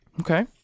Okay